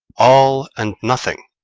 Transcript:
all and nothing!